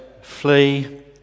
flee